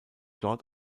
dort